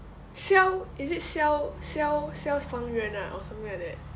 消 is it 消消消消防员 ah or something like that